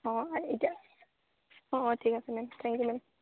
অঁ এতিয়া অঁ অঁ ঠিক আছে মেম থেংক ইউ মেম